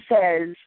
says